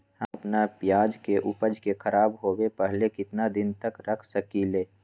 हम अपना प्याज के ऊपज के खराब होबे पहले कितना दिन तक रख सकीं ले?